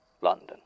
London